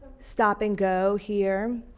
stop and go here